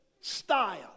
style